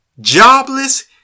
jobless